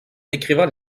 décrivant